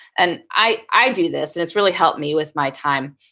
and i do this and it's really helped me with my time.